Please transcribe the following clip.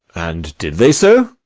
and did they so?